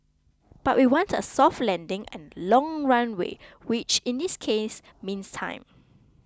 but we want a soft landing and a long runway which in this case means time